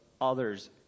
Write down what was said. others